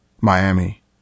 Miami